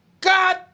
God